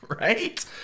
Right